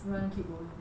no one keep going eh